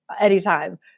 anytime